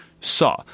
saw